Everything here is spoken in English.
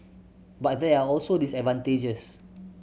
but there are also disadvantages